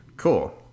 Cool